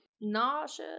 nauseous